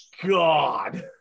God